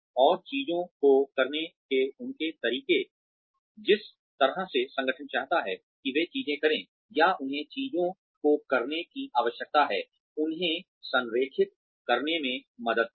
और चीजों को करने के उनके तरीके जिस तरह से संगठन चाहता है कि वे चीजें करें या उन्हें चीजों को करने की आवश्यकता है उन्हें संरेखित करने में मदद करें